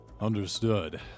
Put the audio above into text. Understood